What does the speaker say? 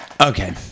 Okay